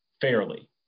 fairly